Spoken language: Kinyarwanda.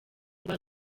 rwa